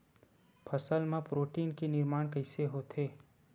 फसल मा प्रोटीन के निर्माण कइसे होथे?